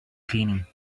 cleaning